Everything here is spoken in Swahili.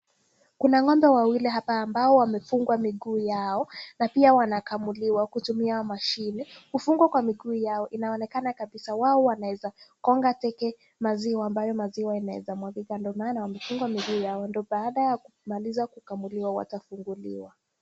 Kuna ng'ombe wawili hapa ambao wamefungwa miguu yao na pia wanakamuliwa kutumia mashine. Kufungwa kwa miguu yao inaonekana kabisa wao wanaweza konga teke maziwa ambayo maziwa yanaweza mwagika. Ndio maana wamefungwa miguu yao. Ndio baada ya kumaliza kukamuliwa watafunguliwa.